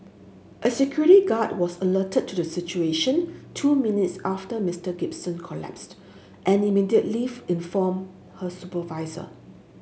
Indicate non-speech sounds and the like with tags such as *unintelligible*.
a security guard was alerted to the situation two minutes after Mister Gibson collapsed and immediately *unintelligible* informed her supervisor